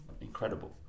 incredible